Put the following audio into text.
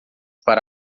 para